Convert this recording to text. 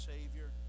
Savior